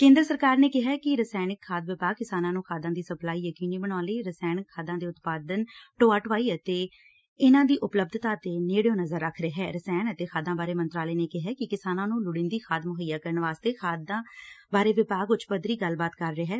ਕੇਂਦਰ ਸਰਕਾਰ ਨੇ ਕਿਹੈ ਕਿ ਰਸਾਇਣਕ ਖਾਦ ਵਿਭਾਗ ਕਿਸਾਨਾਂ ਨੁੰ ਖਾਦਾਂ ਦੀ ਸਪਲਾਈ ਯਕੀਨੀ ਬਣਾਉਣ ਲਈ ਰਸਾਇਣਕ ਖਾਦਾਂ ਦੇ ਉਤਪਾਦਨ ਢੋਆ ਢੋਆਈ ਅਤੇ ਇਨ੍ਹਾਂ ਦੀ ਉਪਲੱਬਧਤਾ ਤੇ ਨੇੜਿਓ ਨਜ਼ਰ ਰੱਖ ਰਸਾਇਣ ਅਤੇ ਖ਼ਾਦਾ ਬਾਰੇ ਮੰਤਰਾਲੇ ਨੇ ਕਿਹੈ ਕਿ ਕਿਸਾਨਾਂ ਨੂੰ ਲੋੜੀਂਦੀ ਖਾਦ ਮੁਹੱਈਆ ਕਰਨ ਵਾਸਤੇ ਖਾਦ ਵਿਭਾਗ ਉੱਚ ਪੱਧਰੀ ਗੱਲਬਾਤ ਕਰ ਰਿਹੈ